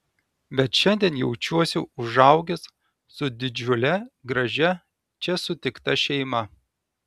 bet šiandien jaučiuosi užaugęs su didžiule gražia čia sutikta šeima